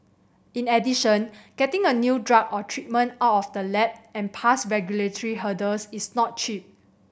in addition getting a new drug or treatment out of the lab and past regulatory hurdles is not cheap